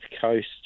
coast